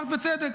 אמרת בצדק,